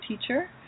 teacher